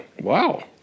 Wow